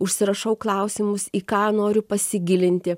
užsirašau klausimus į ką noriu pasigilinti